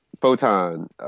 Photon